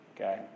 Okay